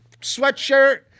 Sweatshirt